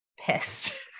pissed